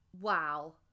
Wow